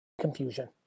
confusion